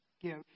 give